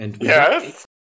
Yes